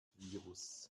virus